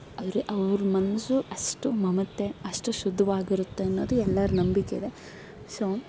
ಅವರೇ ಅವ್ರ ಮನಸು ಅಷ್ಟು ಮಮತೆ ಅಷ್ಟು ಶುದ್ಧವಾಗಿರುತ್ತೆ ಅನ್ನೋದು ಎಲ್ಲರ ನಂಬಿಕೆ ಇದೆ ಸೊ